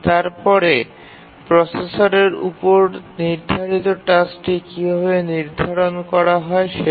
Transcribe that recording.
তারপরে প্রসেসরের উপর নির্ধারিত টাস্কটি কীভাবে নির্ধারণ করা হয় সেটি